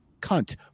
cunt